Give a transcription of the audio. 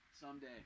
Someday